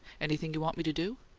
anything you want me to do?